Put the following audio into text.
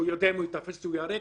שהוא יודע שאם הוא ייתפס הוא ייהרג,